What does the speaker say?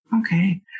Okay